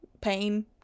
pain